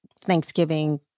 Thanksgiving